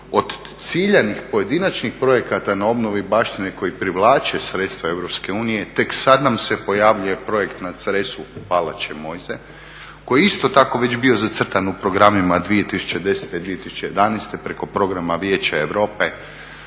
Od ciljanih, pojedinačnih projekata na obnovi baštine koji privlače sredstva EU tek sad nam se pojavljuje projekt na Cresu u palači Moise koji je isto tako već bio zacrtan u programima 2010. i 2011. preko Programa Vijeća Europe